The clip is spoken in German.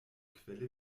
quelle